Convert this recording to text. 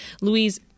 Louise